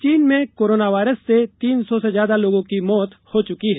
चीन में coronavirus से तीन सौ से ज्यादा लोगों की मौत हो चुकी है